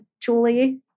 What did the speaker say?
Julie